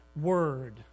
word